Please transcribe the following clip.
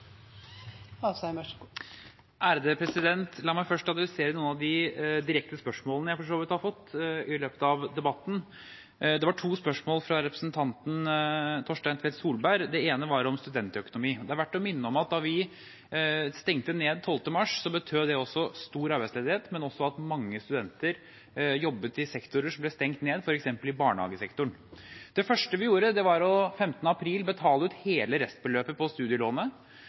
La meg først adressere noen av de direkte spørsmålene jeg har fått i løpet av debatten. Det var to spørsmål fra representanten Torstein Tvedt Solberg. Det ene var om studentøkonomi. Det er verdt å minne om at da vi stengte ned 12. mars, betød det stor arbeidsledighet, men også at mange studenter jobbet i sektorer som ble stengt ned, f.eks. i barnehagesektoren. Det første vi gjorde, var 15. april å betale ut hele restbeløpet på studielånet,